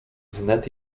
wnet